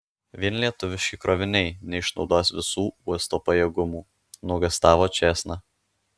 vien lietuviški kroviniai neišnaudos visų uosto pajėgumų nuogąstavo čėsna